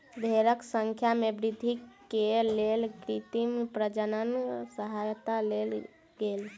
भेड़क संख्या में वृद्धि के लेल कृत्रिम प्रजननक सहयता लेल गेल